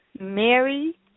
Mary